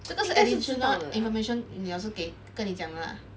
这个是 additional information 你老师给跟你讲的啦